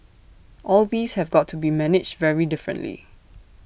all these have got to be managed very differently